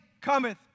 cometh